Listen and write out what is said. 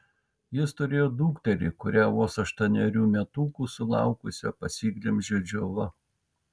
jis turėjo dukterį kurią vos aštuonerių metukų sulaukusią pasiglemžė džiova